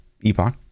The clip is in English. Epoch